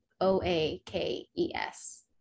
O-A-K-E-S